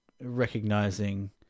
recognizing